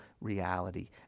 reality